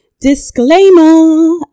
Disclaimer